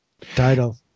Title